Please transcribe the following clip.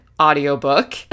audiobook